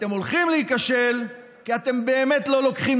אתם הולכים להיכשל כי אתם באמת לא לוקחים